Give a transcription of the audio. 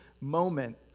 moment